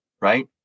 right